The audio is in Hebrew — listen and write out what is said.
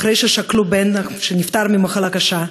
אחרי ששכלו בן שנפטר ממחלה קשה,